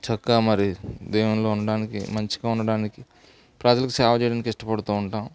చక్కగా మరి దేవునిలో ఉండడానికి మంచిగా ఉండడానికి ప్రజలకు సేవ చేయడానికి ఇష్టపడుతూ ఉంటాం